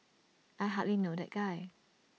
I hardly know that guy